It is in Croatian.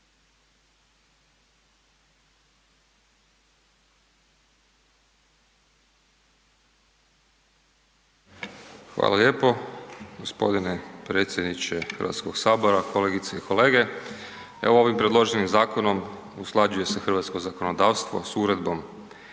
Hvala lijepo g. predsjedniče HS, kolegice i kolege. Evo ovim predloženim zakonom usklađuje se hrvatsko zakonodavstvo s Uredbom